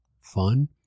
fun